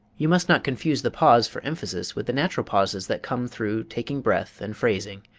you must not confuse the pause for emphasis with the natural pauses that come through taking breath and phrasing.